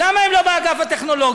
למה הם לא באגף הטכנולוגי?